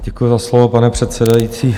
Děkuji za slovo, pane předsedající.